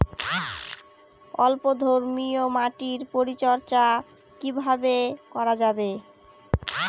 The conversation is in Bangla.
অম্লধর্মীয় মাটির পরিচর্যা কিভাবে করা যাবে?